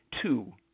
Two